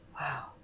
Wow